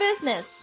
business